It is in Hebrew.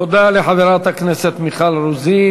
תודה לחברת הכנסת מיכל רוזין.